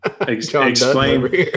explain